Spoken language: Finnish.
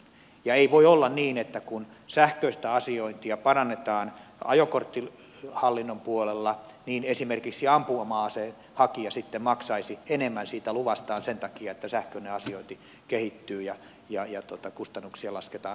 ei voi olla niin että kun sähköistä asiointia parannetaan ajokorttihallinnon puolella niin esimerkiksi ampuma aseluvan hakija sitten maksaisi enemmän siitä luvastaan sen takia että sähköinen asiointi kehittyy ja kustannuksia lasketaan ajokorttipuolella